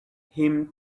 him